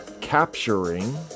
capturing